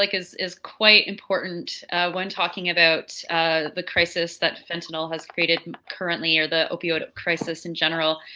like is is quite important when talking about the crisis that fentanyl has created currently or the opioid crisis in general.